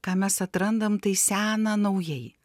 ką mes atrandam tai sena naujai